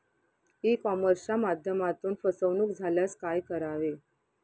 E कॉमर्सच्या माध्यमातून फसवणूक झाल्यास काय करावे?